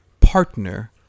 partner